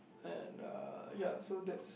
and uh ya so that's